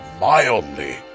mildly